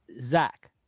Zach